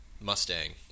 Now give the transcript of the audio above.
Mustang